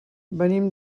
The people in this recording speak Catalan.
venim